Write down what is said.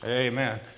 amen